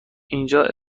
اینجا